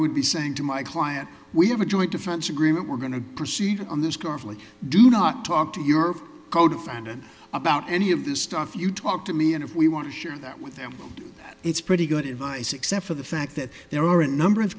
would be saying to my client we have a joint defense agreement we're going to proceed on this carefully do not talk to your codefendant about any of this stuff you talk to me and if we want to share that with them it's pretty good advice except for the fact that there are a number of